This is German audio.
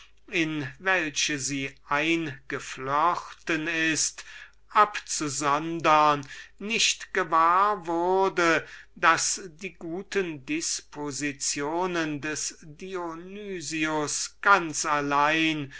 in welche sie eingeflochten ist abzusondern nicht gewahr wurde daß die guten dispositionen des dionys ganz allein